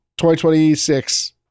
2026